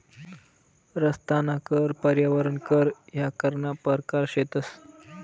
रस्ताना कर, पर्यावरण कर ह्या करना परकार शेतंस